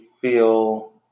feel